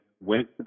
went